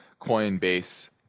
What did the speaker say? Coinbase